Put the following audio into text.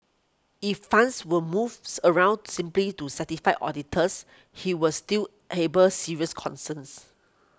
if funds were moves around simply to satisfy auditors he was still he burn serious concerns